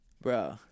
Bro